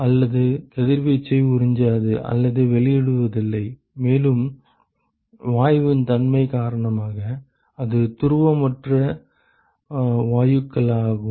அவை கதிர்வீச்சை உறிஞ்சாது அல்லது வெளியிடுவதில்லை மேலும் வாயுவின் தன்மை காரணமாக அது துருவமற்ற வாயுக்களாகும்